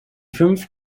fünf